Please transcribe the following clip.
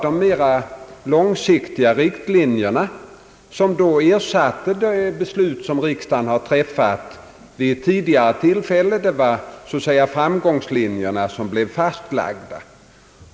De mera långsiktiga riktlinjerna ersatte då de principbeslutsom riksdagen träffat vid ett tidigare tillfälle. Det var så att säga framgångslinjerna som blev fastlagda.